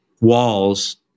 walls